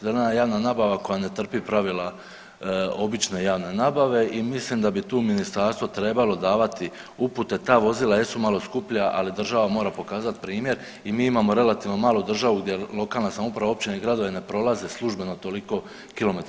Zelena javna nabava koja ne trpi pravila obične javne nabave i mislim da bi tu ministarstvo trebalo davati upute, ta vozila jesu malo skuplja, ali država mora pokazati primjer i mi imamo relativno malu državu gdje lokalna samouprava, općine i gradovi ne prolaze službeno toliko kilometara.